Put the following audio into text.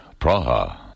Praha